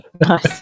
Nice